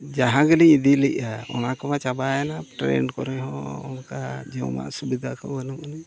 ᱡᱟᱦᱟᱸ ᱜᱮᱞᱤᱧ ᱤᱫᱤ ᱞᱮᱜᱼᱟ ᱚᱱᱟ ᱠᱚᱢᱟ ᱪᱟᱵᱟᱭᱮᱱᱟ ᱴᱨᱮᱹᱱ ᱠᱚᱨᱮᱜ ᱦᱚᱸ ᱚᱱᱠᱟ ᱡᱚᱢᱟᱜ ᱥᱩᱵᱤᱫᱷᱟ ᱠᱚ ᱵᱟᱹᱱᱩᱜ ᱟᱹᱱᱤᱡ